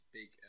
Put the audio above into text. big